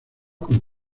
con